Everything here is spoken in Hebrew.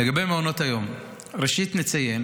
לגבי מעונות היום, ראשית נציין